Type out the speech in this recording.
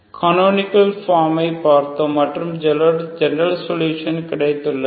கனோனிகள் form பார்த்தோம் மற்றும் general solution கிடைத்துள்ளது